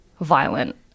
violent